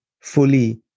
Fully